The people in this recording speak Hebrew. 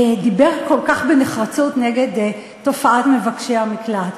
דיבר כל כך בנחרצות נגד תופעת מבקשי המקלט.